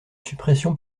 suppression